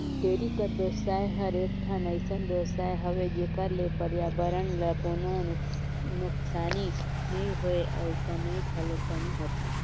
dairy कर बेवसाय हर एकठन अइसन बेवसाय हवे जेखर ले परयाबरन ल कोनों नुकसानी नइ होय अउ कमई घलोक बने होथे